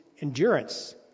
endurance